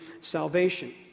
salvation